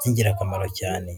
n'ingirakamaro cyane.